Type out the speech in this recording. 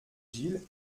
gille